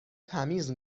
تمیز